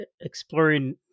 exploring